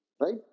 right